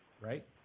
right